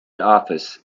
office